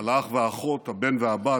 על האח והאחות, הבן והבת,